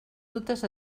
dutes